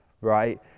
right